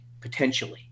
potentially